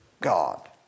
God